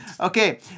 Okay